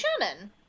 Shannon